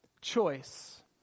choice